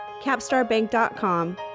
capstarbank.com